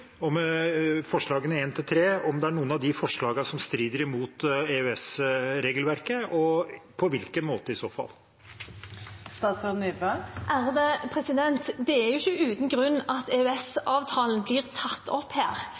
om det er noen av de forslagene som strider imot EØS-regelverket, og på hvilken måte, i så fall. Det er ikke uten grunn at EØS-avtalen blir tatt opp her,